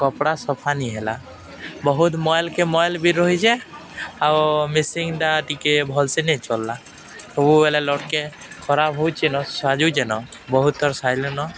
କପଡ଼ା ସଫା ନି ହେଲା ବହୁତ ମଏଲ୍ କେ ମଏଲ୍ ବି ରହିଚେ ଆଉ ମିସିଙ୍ଗଟା ଟିକେ ଭଲ୍ସେ ନେଁଇ ଚଲଲା ସବୁବେଲେ ଲଟ୍କେ ଖରାପ ହଉଚେନ ସାଜୁଚେନ ବହୁଥର ସାଜିଲେନ